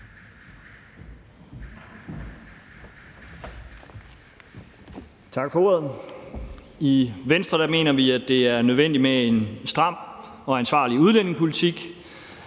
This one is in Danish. Tak for ordet. I Venstre mener vi, at det er nødvendigt med en stram og ansvarlig udlændingepolitik,